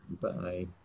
Bye